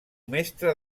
mestre